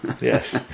Yes